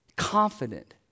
Confident